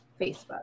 Facebook